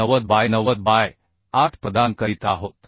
90 by 90 by 8 प्रदान करीत आहोत